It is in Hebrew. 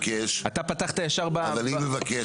אז אתה מתבקש --- אתה פתחת ישר ב --- אז אני מבקש,